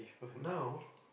now